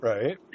Right